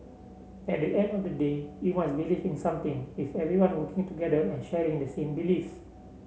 at the end of the day you must believe in something with everyone working together and sharing the same beliefs